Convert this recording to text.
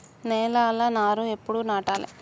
నేలలా నారు ఎప్పుడు నాటాలె?